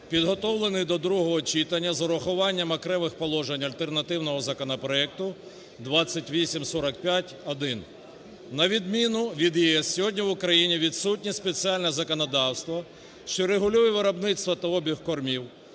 підготовлений до другого читання з урахуванням окремих положень альтернативного законопроекту 2845-1. На відміну від ЄС сьогодні в Україні відсутнє спеціальне законодавство, що регулює виробництво та обіг кормів,